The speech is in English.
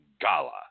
Gala